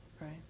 right